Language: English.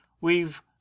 We've—